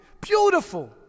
beautiful